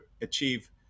achieve